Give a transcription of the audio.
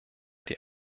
die